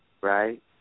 right